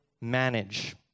manage